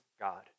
God